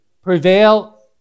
prevail